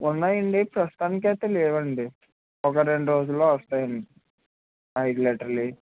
ఉన్నాయండి ప్రస్తుతానికైతే లేవండి ఒక రెండు రోజుల్లో వస్తాయండి ఐదు లీటర్లయి